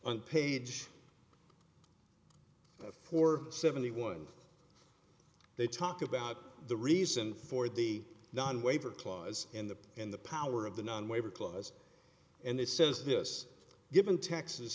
on page four seventy one they talked about the reason for the non waiver clause in the in the power of the nine waiver clause and it says this given t